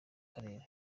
karere